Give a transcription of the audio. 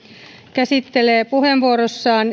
käsittelee puheenvuorossaan